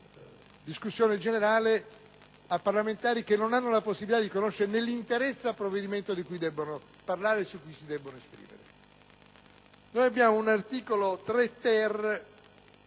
discussione generale a parlamentari che non hanno la possibilità di conoscere nell'interezza il provvedimento di cui debbono parlare e su cui debbono esprimersi. Signora Presidente,